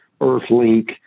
Earthlink